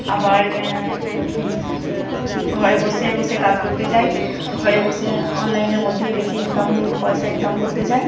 আবার ঘরে বসে বসে কাজ করতে চায় ঘরে বসে অনলাইনের মধ্যে বেশি ইনকাম পয়সা ইনকাম করতে চায়